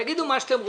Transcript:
תגידו מה שאתם רוצים,